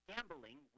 Gambling